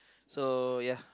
so ya